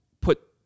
put